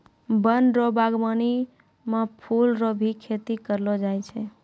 वन रो वागबानी मे फूल रो भी खेती करलो जाय छै